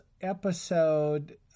episode